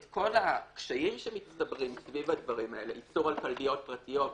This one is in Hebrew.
את כל הקשיים שמצטברים סביב הדברים האלה איסור על כלביות פרטיות,